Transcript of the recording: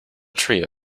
trio